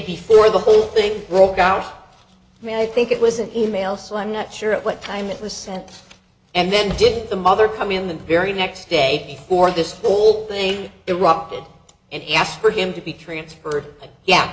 before the whole thing broke out i mean i think it was an e mail so i'm not sure at what time it was sent and then did the mother come in the very next day before this whole thing erupted and asked for him to be transferred yeah